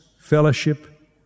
fellowship